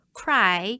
cry